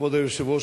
כבוד היושב-ראש,